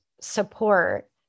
support